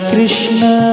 Krishna